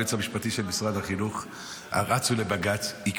היועץ המשפטי של משרד החינוך,